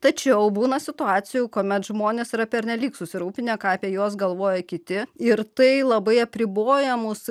tačiau būna situacijų kuomet žmonės yra pernelyg susirūpinę ką apie juos galvoja kiti ir tai labai apriboja mūsų